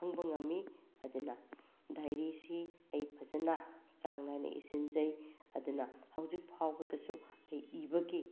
ꯈꯪꯕ ꯉꯝꯃꯤ ꯑꯗꯨꯅ ꯗꯥꯏꯔꯤꯁꯤ ꯑꯩ ꯐꯖꯅ ꯆꯥꯡ ꯅꯥꯏꯅ ꯏꯁꯤꯟꯖꯩ ꯑꯗꯨꯅ ꯍꯧꯖꯤꯛ ꯐꯥꯎꯕꯗꯁꯨ ꯑꯩ ꯏꯕꯒꯤ